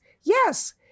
Yes